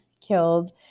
killed